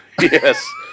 Yes